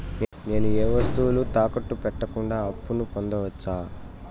నేను ఏ వస్తువులు తాకట్టు పెట్టకుండా అప్పును పొందవచ్చా?